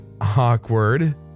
Awkward